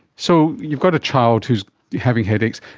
so you've got a child who is having headaches,